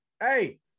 Hey